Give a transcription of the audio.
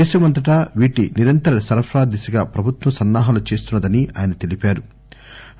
దేశమంతటా వీటి నిరంతర సరఫరా దిశగా ప్రభుత్వం సన్నాహాలు చేస్తున్న దని ఆయన తెలిపారు